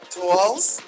Tools